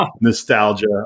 nostalgia